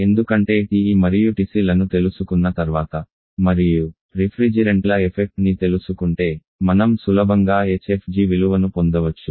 ఎందుకంటే TE మరియు TC లను తెలుసుకున్న తర్వాత మరియు రిఫ్రిజిరెంట్ల ఎఫెక్ట్ ని తెలుసుకుంటే మనం సులభంగా hfg విలువను పొందవచ్చు